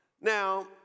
Now